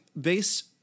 based